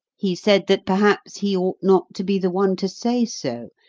he said that perhaps he ought not to be the one to say so,